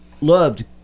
loved